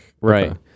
Right